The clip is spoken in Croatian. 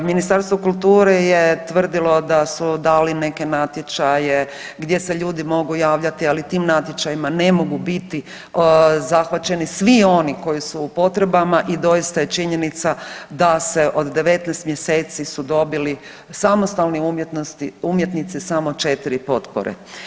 Ministarstvo kulture je tvrdilo da su dali neke natječaje gdje se ljudi mogu javljati, ali tim natječajima ne mogu biti zahvaćeni svi oni koji su u potrebama i doista je činjenica da se od 19 mjeseci su dobili samostalni umjetnosti, umjetnici samo 4 potpore.